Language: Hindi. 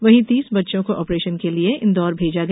वहीं तीस बच्चों को आप्रेशन के लिए इंदौर भेजा गया